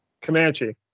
Comanche